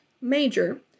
major